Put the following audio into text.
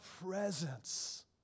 presence